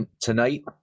tonight